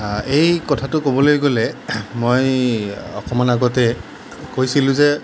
এই কথাটো ক'বলৈ গ'লে মই অকণমান আগতে কৈছিলোঁ যে